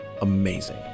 amazing